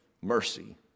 mercy